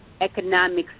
economics